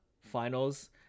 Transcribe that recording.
finals